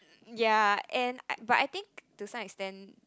ya and I~ but I think to some extent